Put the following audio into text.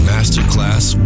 Masterclass